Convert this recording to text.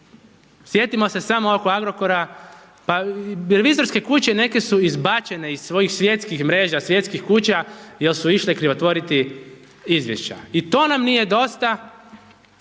Sjetimo se samo oko Agrokora, pa revizorske kuće neke su izbačene iz svojih svjetskih mreža, svjetskih kuća jel su išle krivotvoriti izvješća i to nam nije dosta,